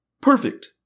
perfect